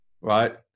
right